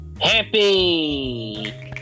happy